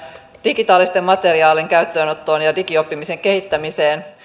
digitaalisen materiaalin käyttöönottoon ja digioppimisen kehittämiseen